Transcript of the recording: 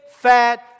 fat